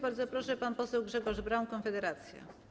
Bardzo proszę, pan poseł Grzegorz Braun, Konfederacja.